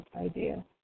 idea